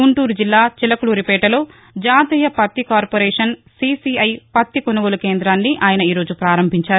గుంటూరు జిల్లా చిలకలూరి పేటలో జాతీయ పత్తి కార్పొరేషన్ సీసీఐ పత్తి కొనుగోలు కేందాన్ని ఆయన ఈరోజు పారంభించారు